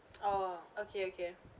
oh okay okay